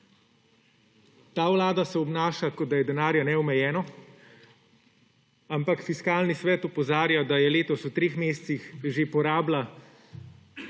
Ta vlada se obnaša, kot da je denarja neomejeno, ampak Fiskalni svet opozarja, da je letos v treh mesecih že porabila